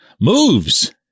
moves